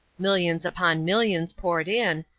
millions upon millions poured in,